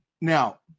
Now